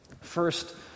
First